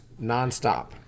nonstop